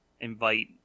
invite